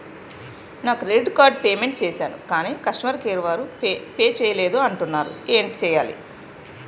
నా credit card payment చేసాను కాని కస్టమర్ కేర్ వారు పే చేయలేదు అంటున్నారు ఏంటి చేయాలి?